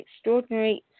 extraordinary